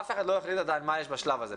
אף אחד לא החליט עדיין מה יש בשלב הזה,